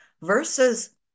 versus